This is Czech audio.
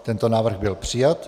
Tento návrh byl přijat.